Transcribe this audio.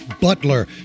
Butler